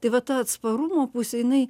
tai va ta atsparumo pusė jinai